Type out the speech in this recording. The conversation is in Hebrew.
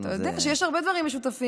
אתה יודע שיש הרבה דברים משותפים